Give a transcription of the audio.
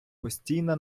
постійна